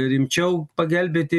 rimčiau pagelbėti